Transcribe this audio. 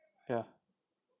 ya